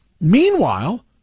Meanwhile